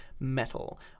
Metal